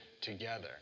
together